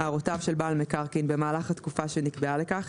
הערותיו של בעל מקרקעין במהלך התקופה שנקבעה לכך,